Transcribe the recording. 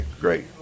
great